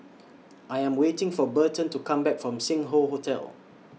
I Am waiting For Berton to Come Back from Sing Hoe Hotel